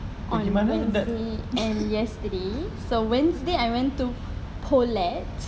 on wednesday and yesterday so wednesday I went to Poulet